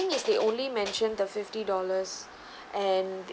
think is the only mentioned the fifty dollars and